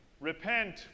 Repent